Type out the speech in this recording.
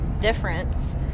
difference